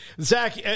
Zach